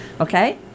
Okay